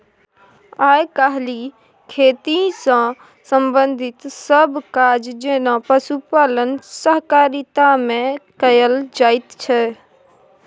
आइ काल्हि खेती सँ संबंधित सब काज जेना पशुपालन सहकारिता मे कएल जाइत छै